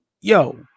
yo